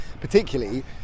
Particularly